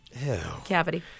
cavity